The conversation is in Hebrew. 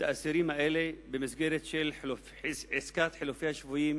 האסירים האלה במסגרת של עסקת חילופי השבויים,